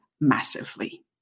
massively